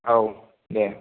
औ दे